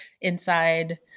inside